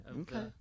okay